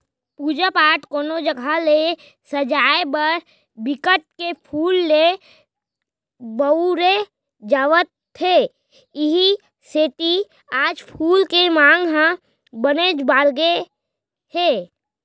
पूजा पाठ, कोनो जघा ल सजाय बर बिकट के फूल ल बउरे जावत हे इहीं सेती आज फूल के मांग ह बनेच बाड़गे गे हे